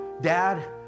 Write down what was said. Dad